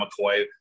McCoy